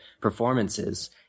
performances